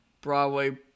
Broadway